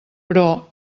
però